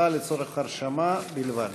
ההצבעה לצורך הרשמה בלבד.